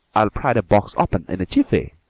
i'll pry the box open in a jiffy.